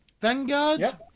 Vanguard